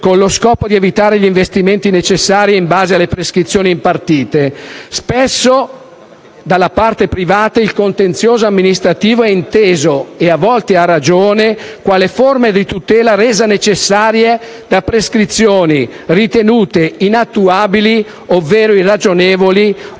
con lo scopo di evitare gli investimenti necessari in base alle prescrizioni impartite. Spesso dalla parte privata il contenzioso amministrativo è inteso - a volte a ragione - quale forma di tutela resa necessaria da prescrizioni ritenute inattuabili, irragionevoli o anche